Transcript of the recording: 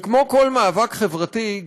וכמו בכל מאבק חברתי,